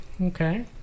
Okay